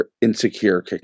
insecure